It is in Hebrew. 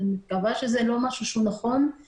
אני מקווה שזה משהוא שהוא לא נכון.